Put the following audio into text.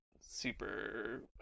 super